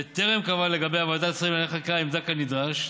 בטרם קבעה לגביה ועדת השרים לענייני חקיקה עמדה כנדרש,